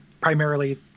primarily